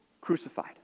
crucified